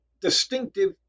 distinctive